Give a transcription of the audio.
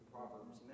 Proverbs